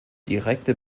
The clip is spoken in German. direkte